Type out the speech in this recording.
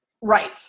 Right